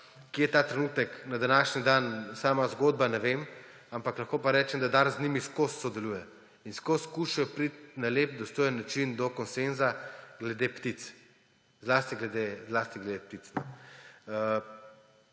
Kje je ta trenutek na današnji dan sama zgodba, ne vem, ampak lahko pa rečem, da Dars z njimi vedno sodeluje in skušajo priti na lep, dostojen način do konsenza glede ptic, zlasti glede ptic.